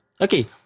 Okay